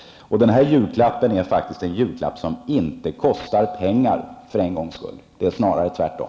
Den julklappen är för en gångs skull en julklapp som inte kostar pengar, utan snarare tvärtom.